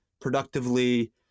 productively